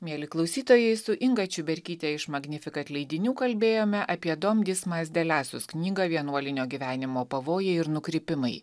mieli klausytojai su inga čiuberkyte iš magnificat leidinių kalbėjome apie don dysmas de lassus knygą vienuolinio gyvenimo pavojai ir nukrypimai